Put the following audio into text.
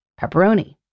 pepperoni